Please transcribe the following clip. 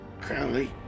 Crowley